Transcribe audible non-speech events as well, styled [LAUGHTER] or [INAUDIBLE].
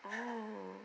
[NOISE]